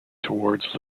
towards